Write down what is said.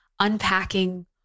unpacking